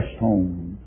home